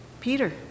Peter